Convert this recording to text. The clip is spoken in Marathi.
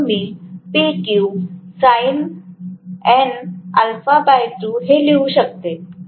म्हणून मी हे लिहू शकते